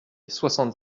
soixante